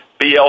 BL